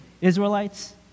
Israelites